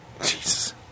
Jesus